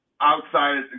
outside